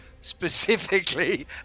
specifically